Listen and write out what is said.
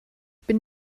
bin